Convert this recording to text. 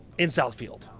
in southfield,